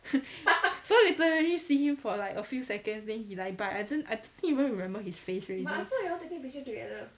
so literally see him for like a few seconds then he like bye I don't I don't think even remember his face already